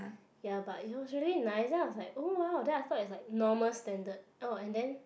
ya but it was really nice then I was like oh !wow! then I thought it's like normal standard oh and then